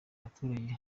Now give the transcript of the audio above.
abaturage